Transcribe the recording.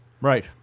Right